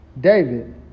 David